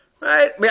Right